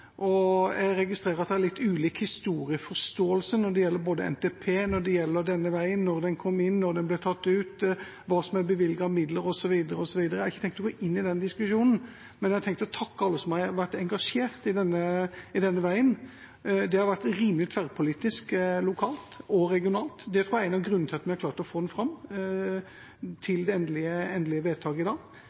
Jeg registrerer at det er litt ulik historieforståelse når det gjelder NTP og denne veien – når den kom inn, når den ble tatt ut, hva som er bevilget av midler, osv. Jeg har ikke tenkt å gå inn i den diskusjonen, men jeg har tenkt å takke alle som har vært engasjert i denne veien. Det har vært rimelig tverrpolitisk lokalt og regionalt. Det tror jeg er en av grunnene til at vi har klart å få den fram til det endelige vedtaket i dag.